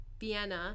Vienna